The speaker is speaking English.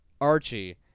Archie